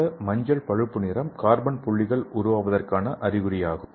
இந்த மஞ்சள் பழுப்பு நிறம் கார்பன் புள்ளிகள் உருவாக்குவதற்கான அறிகுறியாகும்